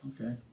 Okay